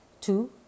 Two